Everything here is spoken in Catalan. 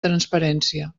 transparència